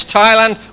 Thailand